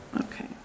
Okay